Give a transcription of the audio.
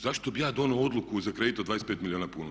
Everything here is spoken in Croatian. Zašto bih ja donio odluku za kredit od 25 milijuna kuna?